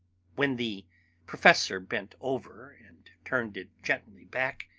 when the professor bent over and turned it gently back,